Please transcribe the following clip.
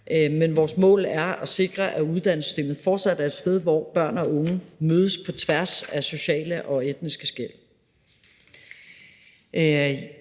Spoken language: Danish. men vores mål er at sikre, at uddannelsessystemet fortsat er et sted, hvor børn og unge mødes på tværs af sociale og etniske skel.